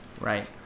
Right